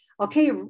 Okay